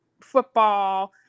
football